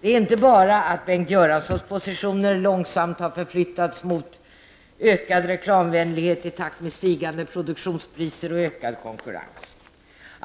Det är inte bara det att Bengt Göranssons positioner långsamt har förflyttats mot ökad reklamvänlighet i takt med stigande produktionspriser och ökad konkurrens.